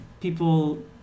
people